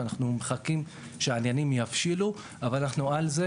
אנו מחכים שהעניינים יבשילו אבל אנו על זה,